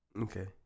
Okay